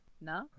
No